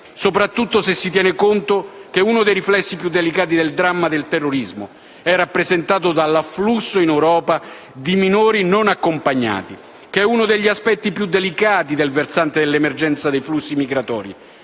soprattutto se si tiene conto che uno dei riflessi più delicati del dramma del terrorismo è rappresentato dall'afflusso in Europa di minori non accompagnati, che è uno degli aspetti più delicati del versante dell'emergenza dei flussi migratori.